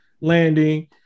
landing